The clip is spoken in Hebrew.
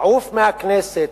לעוף מהכנסת,